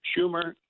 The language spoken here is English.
Schumer